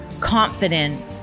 confident